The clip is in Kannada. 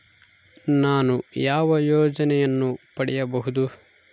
ನಾನು ಯಾವ ಯೋಜನೆಯನ್ನು ಪಡೆಯಬಹುದು?